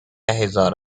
هزار